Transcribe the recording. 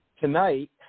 Tonight